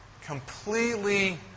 completely